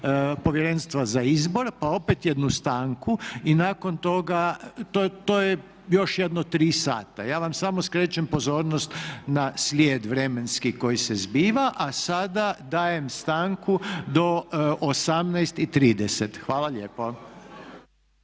Povjerenstva za izbor pa opet jednu stanku i nakon toga to je još jedno 3 sata. Ja vam samo skrećem pozornost na slijed vremenski koji se zbiva. A sada dajem stanku do 18,30. Hvala lijepo.